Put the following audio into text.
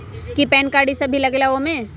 कि PAN card इ सब भी लगेगा वो में?